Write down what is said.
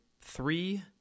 three